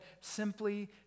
simply